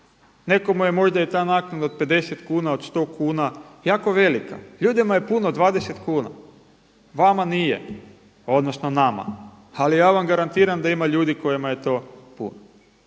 Nekome je možda i ta naknada od 50 kuna od 100 kuna jako velika. Ljudima je puno 20 kuna, vama nije, odnosno nama ali ja vam garantiram da ima ljudi kojima je to puno.